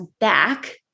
back